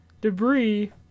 debris